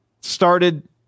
started